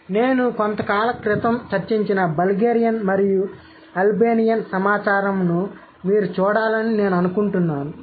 కాబట్టి నేను కొంతకాలం క్రితం చర్చించిన బల్గేరియన్ మరియు అల్బేనియన్ సమాచారంను మీరు చూడాలని నేను కోరుకుంటున్నాను